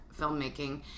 filmmaking